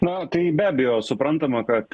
na tai be abejo suprantama kad